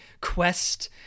quest